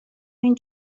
این